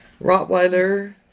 Rottweiler